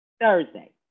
Thursday